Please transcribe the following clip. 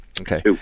Okay